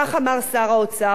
כך אמר שר האוצר,